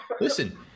listen